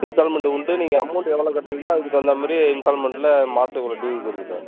instalment உண்டு நீங்கள் amount எவ்வளோ கட்டுறீங்ளோ அதுக்கு தகுந்த மாதிரி இன்ஸ்டால்மெண்டில் மாதம் இவ்வளோ டீவ்க்கு இருக்குது சார்